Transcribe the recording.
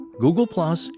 Google+